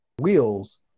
wheels